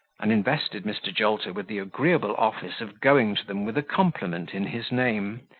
and invested mr. jolter with the agreeable office of going to them with a compliment in his name,